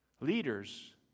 Leaders